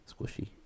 Squishy